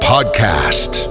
podcast